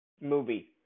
movie